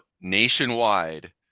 nationwide